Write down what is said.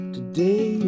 Today